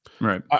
right